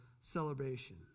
celebration